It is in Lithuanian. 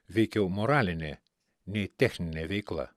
veikiau moralinė nei techninė veikla